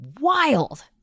wild